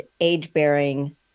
age-bearing